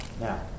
Now